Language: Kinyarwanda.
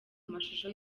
mashusho